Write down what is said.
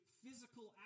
physical